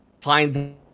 find